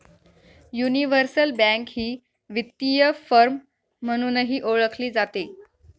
universal bank ही वित्तीय firm म्हणूनही ओळखली जाते